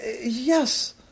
yes